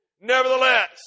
Nevertheless